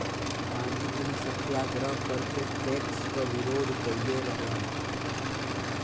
गांधीजी ने सत्याग्रह करके टैक्स क विरोध कइले रहलन